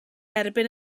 erbyn